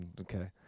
Okay